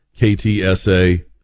ktsa